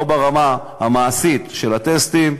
לא ברמה המעשית של הטסטים,